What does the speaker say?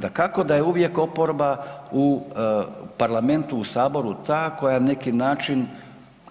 Dakako da je uvijek oporba u parlamentu, u Saboru ta koja je na neki način